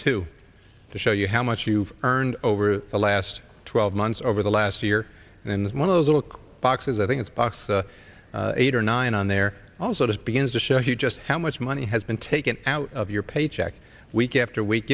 two to show you how much you've earned over the last twelve months over the last year and in one of those little boxes i think it's box eight or nine and they're all sort of begins to show you just how much money has been taken out of your paycheck week after week